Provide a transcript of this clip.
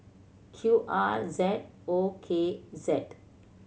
Q R Z O K Z